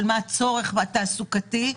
הצורך התעסוקתי.